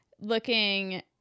looking